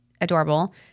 adorable